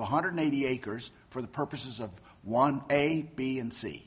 one hundred eighty acres for the purposes of one a b and c